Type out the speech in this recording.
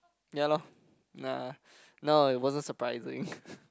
ya lor nah no it wasn't surprising